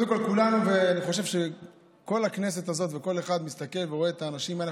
אני חושב שכל הכנסת הזאת וכל אחד מסתכל ורואה את האנשים האלה.